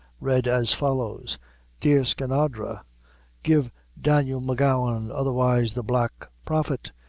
read as follows dear skinadre give daniel m'gowan, otherwise the black prophet,